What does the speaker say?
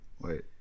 Wait